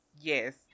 Yes